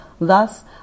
Thus